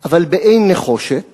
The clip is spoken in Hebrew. אבל באין נחושת